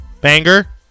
Banger